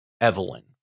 Evelyn